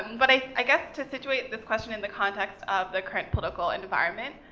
but i i guess to situate this question in the context of the current political environment,